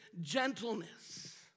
gentleness